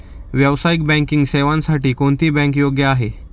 व्यावसायिक बँकिंग सेवांसाठी कोणती बँक योग्य आहे?